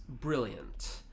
brilliant